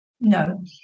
No